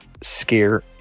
Scare